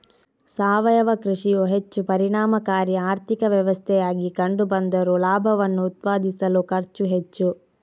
ಸಾವಯವ ಕೃಷಿಯು ಹೆಚ್ಚು ಪರಿಣಾಮಕಾರಿ ಆರ್ಥಿಕ ವ್ಯವಸ್ಥೆಯಾಗಿ ಕಂಡು ಬಂದರೂ ಲಾಭವನ್ನು ಉತ್ಪಾದಿಸಲು ಖರ್ಚು ಹೆಚ್ಚು